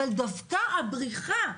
אבל דווקא הבריחה,